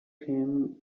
him